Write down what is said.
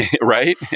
Right